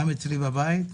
גם אצלי בבית,